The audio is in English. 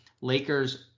Lakers